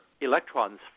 electrons